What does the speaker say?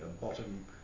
bottom